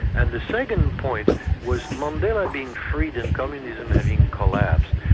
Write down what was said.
and the second point was mandela being freed and communism having collapsed,